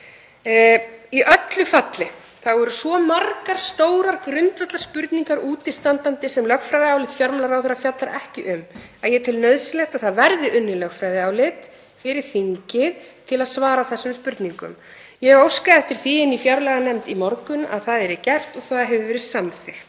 Í öllu falli eru svo margar stórar grundvallarspurningar útistandandi sem lögfræðiálit fjármálaráðherra fjallar ekki um að ég tel nauðsynlegt að unnið verði lögfræðiálit fyrir þingið til að svara þessum spurningum. Ég óskaði eftir því í fjárlaganefnd í morgun að það yrði gert og það hefur verið samþykkt.